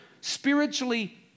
spiritually